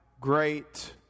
great